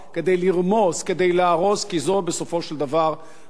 כי זו בסופו של דבר המטרה של המעשה הזה.